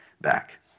back